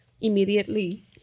immediately